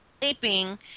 sleeping